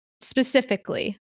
specifically